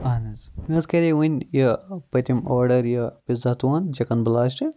اَہن حظ مےٚ حٕظ کَرے وٕنۍ یہِ پٔتِم آرڈَر یہِ پِزا تُہُنٛد چِکَن بلاسٹ